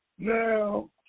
Now